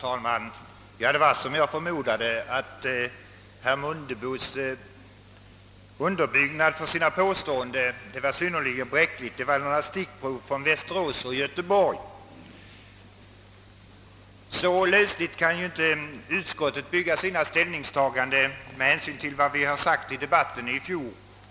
Herr talman! Det var som jag förmodade: herr Mundebos påståenden var synnerligen bräckligt underbyggda; det var några stickprov från Västerås och Göteborg han tog. På så löslig grund kan utskottet inte bygga sina ställningstaganden med hänsyn till vad vi sade i fjol.